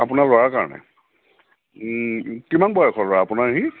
আপোনাৰ ল'ৰাৰ কাৰণে কিমান বয়সৰ ল'ৰা আপোনাৰ সি